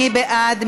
מי בעד?